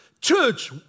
Church